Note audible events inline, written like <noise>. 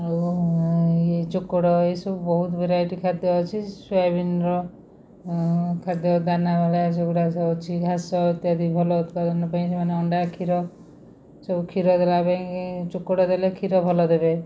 ଆଉ ଇଏ ଚୋକଡ଼ ଏସବୁ ବହୁତ ଭେରାଇଟି ଖାଦ୍ୟ ଅଛି ସୋୟାବିନ ର ଖାଦ୍ୟ ଦାନା ଭଳିଆ ଯେଉଁଗୁଡା <unintelligible> ଅଛି ଘାସ ଇତ୍ୟାଦି ଭଲ ଉତ୍ପାଦନ ପାଇଁ ସେମାନେ ଅଣ୍ଡା କ୍ଷୀର ସବୁ କ୍ଷୀର ଦେବା ପାଇଁକି ଚୋକଡ଼ ଦେଲେ କ୍ଷୀର ଭଲ ଦେବେ